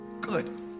Good